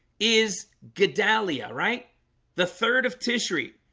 is gadalia, right the third of tishri.